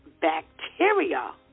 bacteria